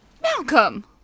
Malcolm